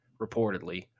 reportedly